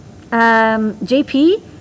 JP